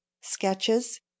sketches